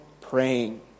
praying